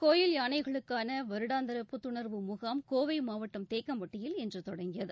கோயில் யானைகளுக்கான வருடாந்திர புத்துணர்வு முகாம் கோவை மாவட்டம் தேக்கம்பட்டியில் இன்று தொடங்கியது